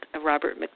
Robert